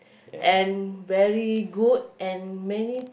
and very good and many